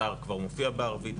חלק מהאתר כבר מופיע בערבית,